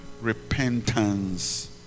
repentance